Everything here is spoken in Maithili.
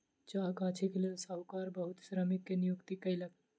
चाह गाछीक लेल साहूकार बहुत श्रमिक के नियुक्ति कयलक